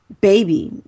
baby